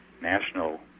National